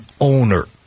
owner